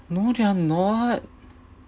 no they're not